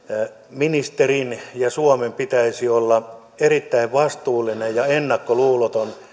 ministerin ja suomen pitäisi olla erittäin vastuullisia ja ennakkoluulottomia